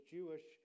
Jewish